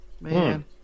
Man